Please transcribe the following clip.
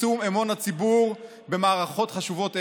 וכרסום אמון הציבור במערכות חשובות אלו.